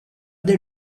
they